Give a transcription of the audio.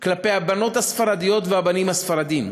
כלפי הבנות הספרדיות והבנים הספרדים,